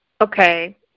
Okay